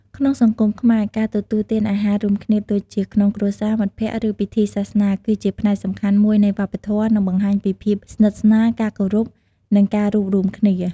ក្នុងសង្គមខ្មែរ ការទទួលទានអាហាររួមគ្នាដូចជា ក្នុងគ្រួសារ មិត្តភក្តិ ឬពិធីសាសនា គឺជាផ្នែកសំខាន់មួយនៃវប្បធម៌ និងបង្ហាញពីភាពស្និទ្ធស្នាល ការគោរព និងការរួបរួមគ្នា។